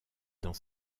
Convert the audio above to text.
dans